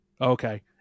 okay